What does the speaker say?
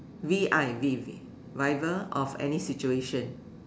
V I V V vibe of any situation